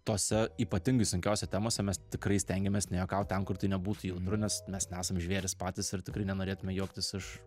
tose ypatingai sunkiose temose mes tikrai stengiamės nejuokaut ten kur tai nebūtų jautru nes mes nesam žvėrys patys ir tikrai nenorėtume juoktis iš